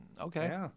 okay